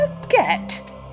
forget